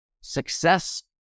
Success